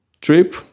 trip